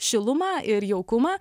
šilumą ir jaukumą